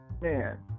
man